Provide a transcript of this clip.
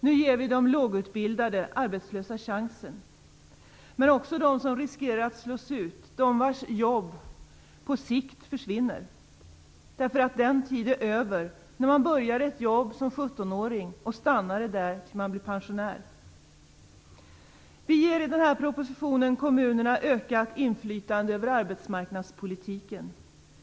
Nu ger vi de lågutbildade arbetslösa chansen, men också dem som riskerar att slås ut på grund av att deras jobb på sikt försvinner. Den tid är över när man började ett jobb som 17-åring och stannade där tills man blev pensionär. I den här propositionen ger vi kommunerna ökat inflytande över arbetsmarknadspolitiken.